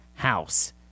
house